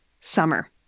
Summer